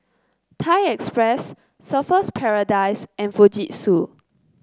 Thai Express Surfer's Paradise and Fujitsu